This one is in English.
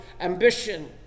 ambition